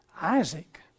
Isaac